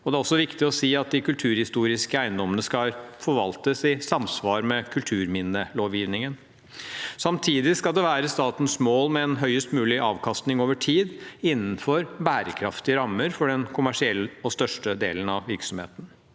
Det er også viktig å si at de kulturhistoriske eiendommene skal forvaltes i samsvar med kulturminnelovgivingen. Samtidig skal det være statens mål med en høyest mulig avkastning over tid, innenfor bærekraftige rammer for den kommersielle og største delen av virksomheten.